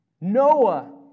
Noah